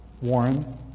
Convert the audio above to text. Warren